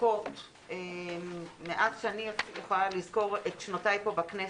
ארוכות מאז שאני זוכרת משנותיי פה בכנסת,